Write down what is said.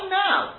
now